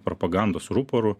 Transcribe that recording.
propagandos ruporu